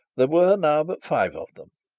there were now but five of them,